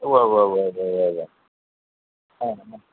ഉവ്വ് ഉവ്വ് ഉവ്വ് വ്വ് വ്വ് വ്വ് ആ